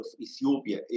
Ethiopia